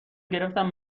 گرفتم